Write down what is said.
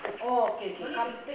oh okay okay come